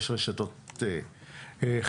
יש רשתות חברתיות,